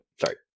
sorry